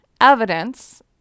evidence